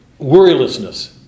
worrylessness